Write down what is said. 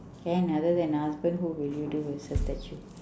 can other than husband who will you do as a statue